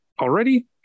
Already